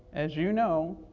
as you know,